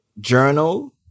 journal